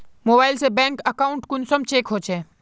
Mobile से bank account कुंसम check होचे?